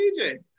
DJ